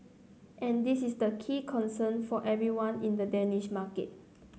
and this is the key concern for everyone in the Danish market